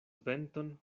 venton